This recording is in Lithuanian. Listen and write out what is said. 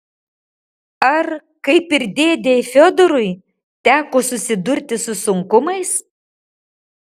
ar kaip ir dėdei fiodorui teko susidurti su sunkumais